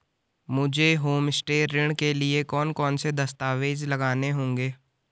मुझे होमस्टे ऋण के लिए कौन कौनसे दस्तावेज़ लगाने होंगे?